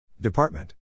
Department